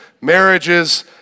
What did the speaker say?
marriages